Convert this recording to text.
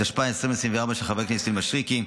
התשפ"ה 2024, של חבר הכנסת יוני מישרקי.